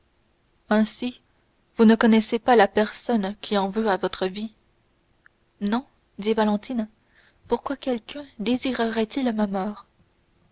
ainsi vous ne connaissez pas la personne qui en veut à votre vie non dit valentine pourquoi quelqu'un désirerait il ma mort